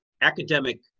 academic